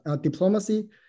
diplomacy